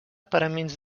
paraments